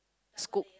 scoop